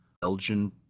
Belgian